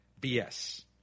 BS